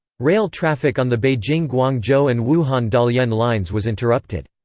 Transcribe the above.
rail traffic on the beijing-guangzhou and wuhan-dalian lines was interrupted.